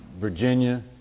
Virginia